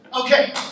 Okay